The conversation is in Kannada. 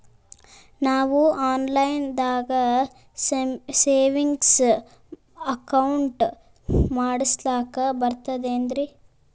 ನಾವು ಆನ್ ಲೈನ್ ದಾಗ ಸೇವಿಂಗ್ಸ್ ಅಕೌಂಟ್ ಮಾಡಸ್ಲಾಕ ಬರ್ತದೇನ್ರಿ?